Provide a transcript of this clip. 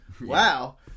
Wow